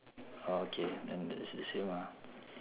orh okay then that's the same lah